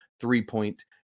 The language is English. three-point